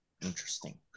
interesting